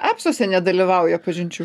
epsuose nedalyvauja pažinčių